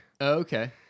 Okay